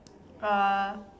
uh